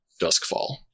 Duskfall